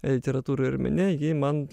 literatūroj ir mene ji man